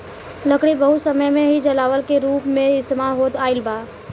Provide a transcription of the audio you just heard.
लकड़ी बहुत समय से ही जलावन के रूप में इस्तेमाल होत आईल बा